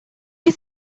you